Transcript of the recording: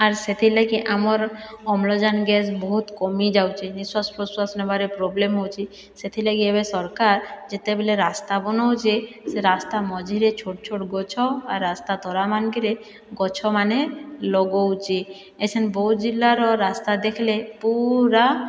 ଆର୍ ସେଥିଲାଗି ଆମର୍ ଅମ୍ଳଜାନ ଗ୍ୟାସ୍ ବହୁତ କମି ଯାଉଛେ ନିଶ୍ୱାସ ପ୍ରଶ୍ୱାସ ନେବାରେ ପ୍ରୋବ୍ଲେମ ହେଉଛି ସେଥିଲାଗି ଏବେ ସରକାର ଯେତେବେଲେ ରାସ୍ତା ବନଉଛେ ସେ ରାସ୍ତା ମଝିରେ ଛୋଟ ଛୋଟ ଗଛ ଆର୍ ରାସ୍ତା ତରାମାନଙ୍କରେ ଗଛମାନେ ଲଗଉଛେ ଏସନ୍ ବୌଦ୍ଧ ଜିଲ୍ଲାର ରାସ୍ତା ଦେଖିଲେ ପୁରା